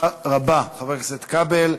תודה רבה, חבר הכנסת כבל.